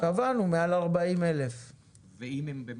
קבענו, מעל 40 אלף תושבים.